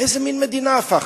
לאיזה מין מדינה הפכנו?